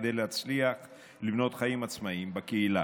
כדי להצליח לבנות חיים עצמאיים בקהילה.